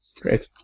Great